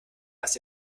was